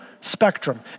Spectrum